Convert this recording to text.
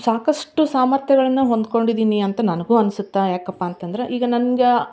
ಸಾಕಷ್ಟು ಸಾಮರ್ಥ್ಯಗಳನ್ನ ಹೊಂದ್ಕೊಂಡಿದ್ದೀನಿ ಅಂತ ನನಗೂ ಅನ್ಸುತ್ತೆ ಯಾಕಪ್ಪ ಅಂತಂದರೆ ಈಗ ನನ್ಗ್ಯ